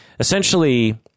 Essentially